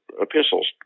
epistles